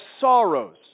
sorrows